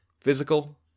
Physical